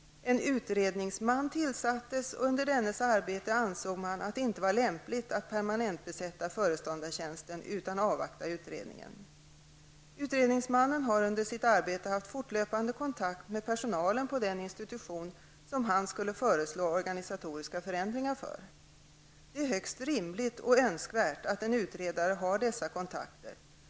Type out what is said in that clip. En utredningsman tillsattes, och under dennes arbete ansåg man att det inte var lämpligt att permanentbesätta föreståndartjänsten utan att avvakta utredningen. Utredningsmannen har under sitt arbete haft fortlöpande kontakt med personalen på den institution som han skulle föreslå organisatoriska förändringar för. Det är högst rimligt och önskvärt att en utredare har dessa kontakter.